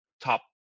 top